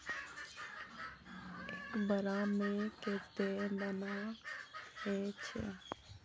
एक बोड़ा में कते दाना ऐते?